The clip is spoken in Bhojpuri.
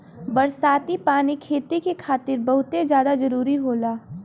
बरसाती पानी खेती के खातिर बहुते जादा जरूरी होला